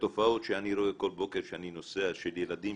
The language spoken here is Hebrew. התופעות שאני רואה כל בוקר כשאני נוסע, של ילדים